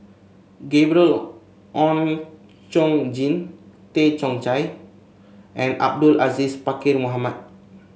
Gabriel Oon Chong Jin Tay Chong Hai and Abdul Aziz Pakkeer Mohamed